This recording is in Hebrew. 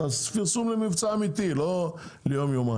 תעשו פרסום למבצע אמיתי, לא ליום-יומיים.